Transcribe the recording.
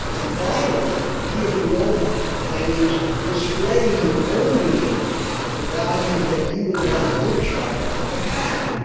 and finally, be a good role model, that is, display in ah your own behaviour, the values that you would like your child to have.